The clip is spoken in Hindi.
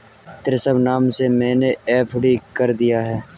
ऋषभ के नाम से मैने एफ.डी कर दिया है